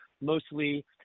mostly